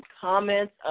comments